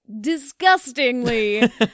disgustingly